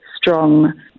strong